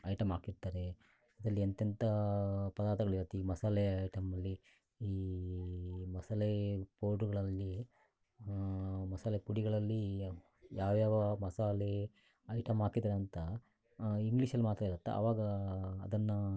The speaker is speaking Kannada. ಐಟಮ್ ಹಾಕಿರ್ತಾರೆ ಇದ್ರಲ್ಲಿ ಎಂಥೆಂಥ ಪದಾರ್ಥಗಳಿರುತ್ತೆ ಈ ಮಸಾಲೆ ಐಟಮ್ಮಲ್ಲಿ ಈ ಮಸಾಲೆ ಪೌಡ್ರ್ಗಳಲ್ಲಿ ಮಸಾಲೆ ಪುಡಿಗಳಲ್ಲಿ ಯಾವ ಯಾವ ಮಸಾಲೆ ಐಟಮ್ ಹಾಕಿದ್ರು ಅಂತ ಇಂಗ್ಲೀಷಲ್ಲಿ ಮಾತ್ರ ಇರುತ್ತೆ ಅವಾಗ ಅದನ್ನು